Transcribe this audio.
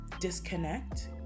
disconnect